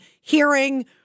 hearing